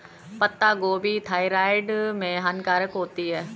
पत्ता गोभी थायराइड में हानिकारक होती है